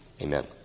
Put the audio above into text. Amen